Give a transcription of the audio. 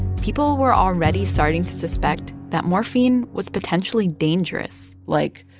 people were already starting to suspect that morphine was potentially dangerous like,